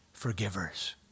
forgivers